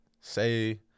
say